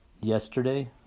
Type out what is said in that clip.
yesterday